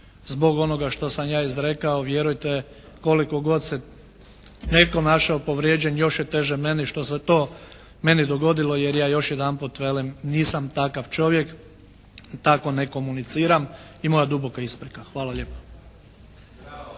zbog onoga što sam ja izrekao vjerujte koliko god se netko našao povrijeđen još je teže meni što se to meni dogodilo. Jer, ja još jedanput velim, nisam takav čovjek, tako ne komuniciram. I moja duboka isprika. Hvala lijepa.